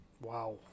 Wow